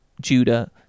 Judah